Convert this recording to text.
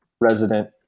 resident